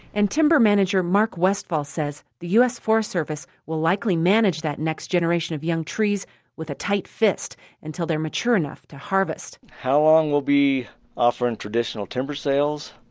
and timber manager mark westfahl says the u s. forest service will likely manage that next generation of young trees with a tight fist until they're mature enough to harvest how long will we be offering traditional timber sales?